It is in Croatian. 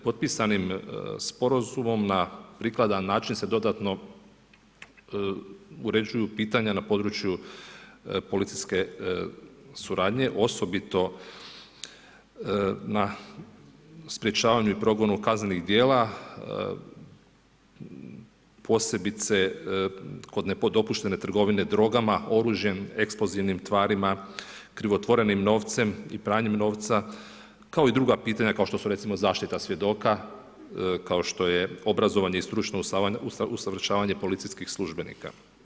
Potpisanim sporazumom na prikladan način se dodatno uređuju pitanja na području policijske suradnje, osobito na sprječavanju i progonu kaznenih dijela, posebice kod nedopuštene trgovine drogama, oružjem, eksplozivnim tvarima, krivotvorenim novcem i pranjem novca, kao i druga pitanja, kao što su recimo zaštita svjedoka, kao što je obrazovanje i stručno usavršavanje policijskih službenika.